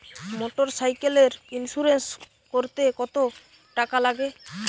মোটরসাইকেলের ইন্সুরেন্স করতে কত টাকা লাগে?